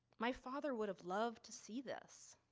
my father would have loved to see this.